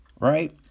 Right